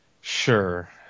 Sure